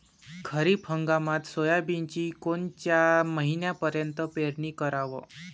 खरीप हंगामात सोयाबीनची कोनच्या महिन्यापर्यंत पेरनी कराव?